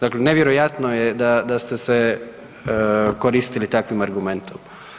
Dakle, nevjerojatno je da, da ste se koristili takvim argumentom.